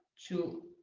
two,